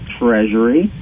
treasury